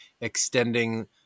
extending